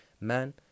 Man